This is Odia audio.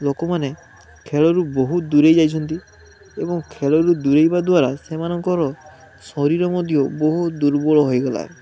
ଲୋକମାନେ ଖେଳରୁ ବହୁତ ଦୂରେଇ ଯାଇଛନ୍ତି ଏବଂ ଖେଳରୁ ଦୂରେଇବା ଦ୍ୱାରା ସେମାନଙ୍କର ଶରୀର ମଧ୍ୟ ବହୁତ ଦୁର୍ବଳ ହୋଇଗଲାଣି